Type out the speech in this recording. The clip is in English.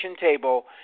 table